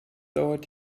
dauert